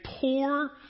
poor